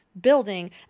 building